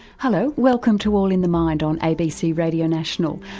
hello, welcome to all in the mind on abc radio national,